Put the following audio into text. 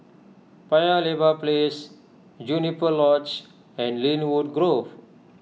Paya Lebar Place Juniper Lodge and Lynwood Grove